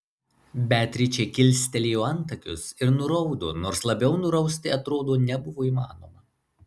beatričė kilstelėjo antakius ir nuraudo nors labiau nurausti atrodo nebuvo įmanoma